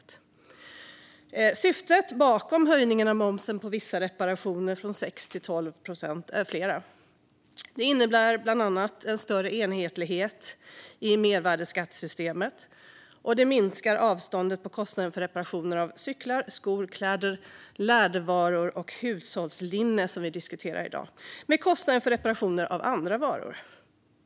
Det finns flera syften bakom höjningen av momsen på vissa reparationer från 6 till 12 procent, bland att få en större enhetlighet i mervärdesskattesystemet och att minska avståndet i kostnaden för reparationer av cyklar, skor, kläder, lädervaror och hushållslinne med kostnaden för reparationer av andra varor.